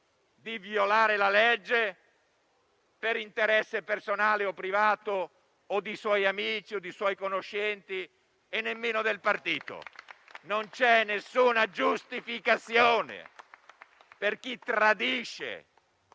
di violare la legge per interesse personale privato, di suoi amici o di suoi conoscenti e nemmeno del partito. Non c'è alcuna giustificazione per chi tradisce